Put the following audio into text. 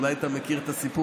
אולי אתה מכיר את הסיפור,